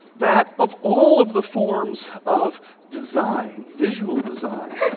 that of all of the forms of design, visual design,